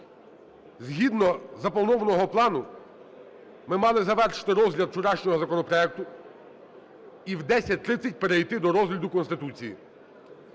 Згідно запланованого плану ми мали завершити розгляд вчорашнього законопроекту і в 10:30 перейти до розгляду Конституції.